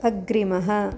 अग्रिमः